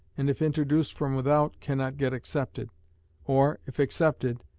and if introduced from without, cannot get accepted or, if accepted,